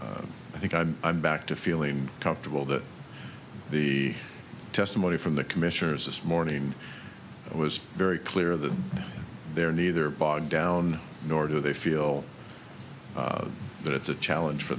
think i'm i'm back to feeling comfortable that the testimony from the commissioners this morning was very clear that they're neither bogged down nor do they feel that it's a challenge for